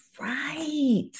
right